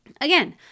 Again